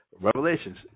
Revelations